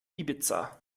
ibiza